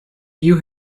you